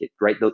right